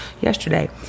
yesterday